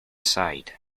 sighed